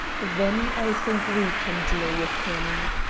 then i think we can deal with him.